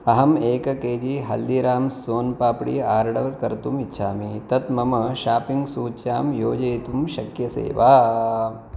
अहम् एक KG Haldiram's son papdi order कर्तुम् इच्छामि तत् मम शाप्पिङ्ग् सूच्यां योजयितुं शक्यसे वा